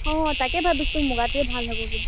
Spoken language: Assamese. অঁ তাকে ভাবিছো মুগাটোৱ ভাল হ'ব বুলি